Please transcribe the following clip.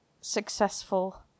successful